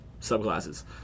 subclasses